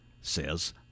says